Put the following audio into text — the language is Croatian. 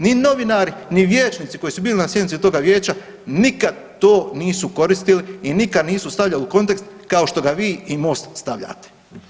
Ni novinari, ni vijećnici koji su bili na sjednici toga vijeća nikad to nisu koristili i nikad nisu stavljali u kontekst kao što va vi i MOST stavljate.